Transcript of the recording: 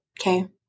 okay